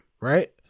right